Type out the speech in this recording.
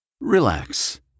Relax